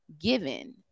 given